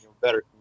better